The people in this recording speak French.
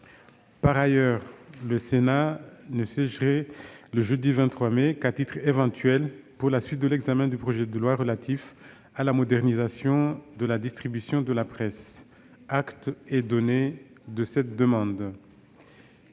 Par ailleurs, le Sénat ne siégerait jeudi 23 mai qu'à titre éventuel pour la suite de l'examen du projet de loi relatif à la modernisation de la distribution de la presse. Acte est donné de cette demande.